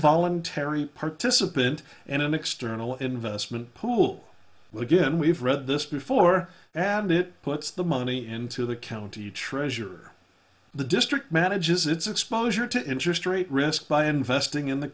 voluntary participant in an external investment pool but again we've read this before adding it puts the money into the county treasurer the district manages its exposure to interest rate risk by investing in the